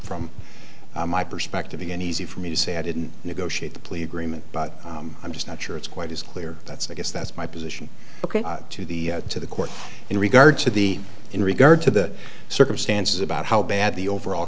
from my perspective again easy for me to say i didn't negotiate the plea agreement i'm just not sure it's quite as clear that's i guess that's my position to the to the court in regard to the in regard to the circumstances about how bad the overall